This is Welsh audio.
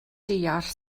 deall